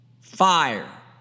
fire